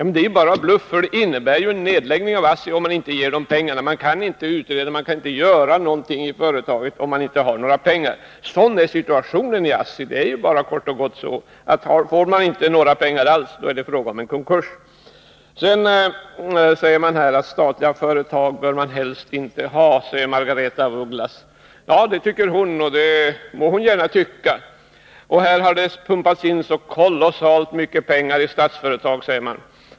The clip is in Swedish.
Men detta är ju bara en bluff, för det innebär en nedläggning av ASSI om vi inte ger dessa pengar. Man kan inte göra någonting i företaget, om man inte har några pengar. Sådan är situationen i ASSI. Det är bara kort och gott så, att får man inte några pengar alls, så blir det fråga om en konkurs. Statliga företag bör man helst inte ha, säger Margaretha af Ugglas. Ja, det tycker hon, och de må hon gärna tycka. Här har det pumpats in så kolossalt mycket pengar i Statsföretag, säger Margaretha af Ugglas.